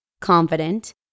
confident